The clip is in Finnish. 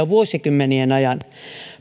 vuosikymmenien ajan